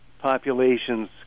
populations